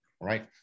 right